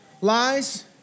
lies